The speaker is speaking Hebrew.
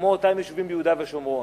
כמו אותם יישובים ביהודה ושומרון.